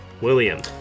William